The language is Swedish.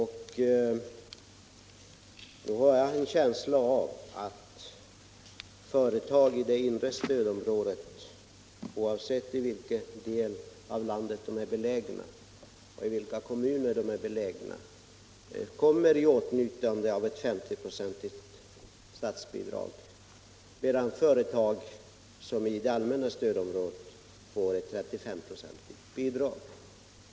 Jag har en känsla av att företag inom det inre stödområdet, oavsett i vilken kommun och i vilken del av landet de är belägna, kommer i åtnjutande av 50-procentigt statsbidrag, medan företag inom det allmänna stödområdet får ett 35-procentigt bidrag.